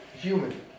human